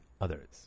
others